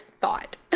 thought